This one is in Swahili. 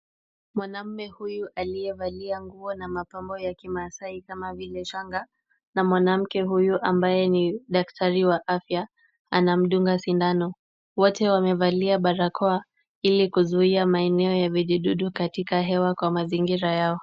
Mwanamume huyu aliyevalia nguo na mapambo ya kimaasai kama vile shanga na mwanamke huyu ambaye ni daktari wa afya, anamdunga sindano. Wote wamevalia barakoa, ili kuzuia maeneo ya vijidudu katika hewa kwa mazingira yao.